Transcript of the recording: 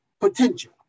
potential